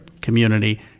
community